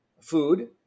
food